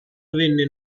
venne